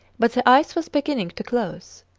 but the ice was beginning to close.